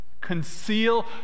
conceal